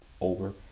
over